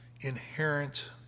inherent